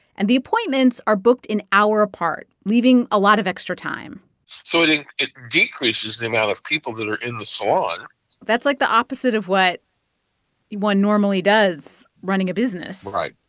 and the appointments are booked an hour apart, leaving a lot of extra time so it it decreases the amount of people that are in the salon that's, like, the opposite of what one normally does running a business right.